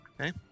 Okay